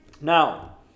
Now